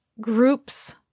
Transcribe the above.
groups